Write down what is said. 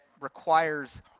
requires